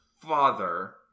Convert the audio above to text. father